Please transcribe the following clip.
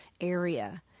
area